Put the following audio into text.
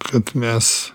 kad mes